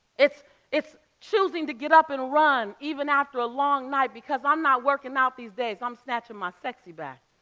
it's it's choosing to get up and run even after a long night because i'm not working out these days, i'm snatching my sexy back.